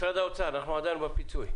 משרד האוצר, אנחנו עדיין בפיצוי.